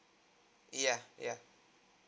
yeah ya